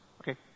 Okay